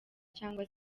cyangwa